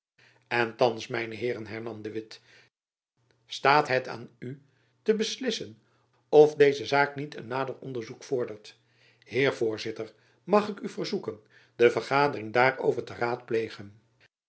en thands mijne heeren hernam de witt jacob van lennep elizabeth musch staat net aan u te beslissen of deze zaak niet een nader onderzoek vordert heer voorzitter mag ik u verzoeken de vergadering daarover te raadplegen